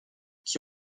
qui